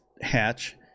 hatch